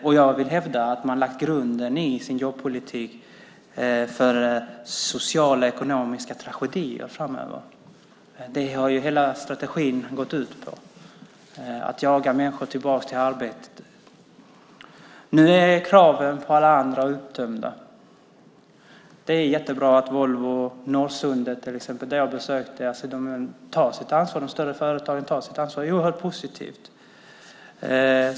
Och jag vill hävda att man lagt grunden i sin jobbpolitik för sociala och ekonomiska tragedier framöver. Det har ju hela strategin gått ut på: att jaga människor tillbaka till arbete. Nu är kraven på alla andra uttömda. Det är jättebra att Volvo eller Norrsundet till exempel, där jag besökte Assi Domän, tar sitt ansvar. Att de större företagen tar sitt ansvar är oerhört positivt.